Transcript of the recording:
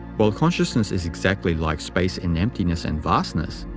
while consciousness is exactly like space in emptiness and vastness,